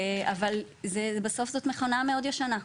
אבל בסוף זאת מכונה מאוד ישנה,